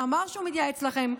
ואמר שהוא מייעץ לכם,